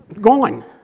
gone